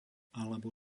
alebo